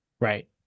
Right